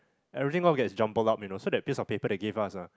everything all gets jumbled up you know so that piece of paper they gave us ah